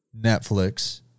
Netflix